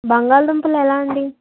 బంగాళదుంపలు ఎలా అండి